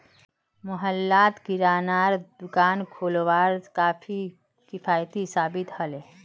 मोहल्लात किरानार दुकान खोलवार काफी किफ़ायती साबित ह ले